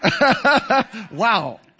Wow